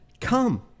come